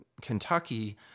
Kentucky